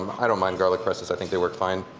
um i don't mind garlic presses, i think they work fine.